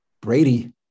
Brady